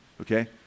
okay